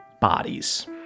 bodies